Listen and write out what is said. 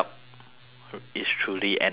it's truly N O no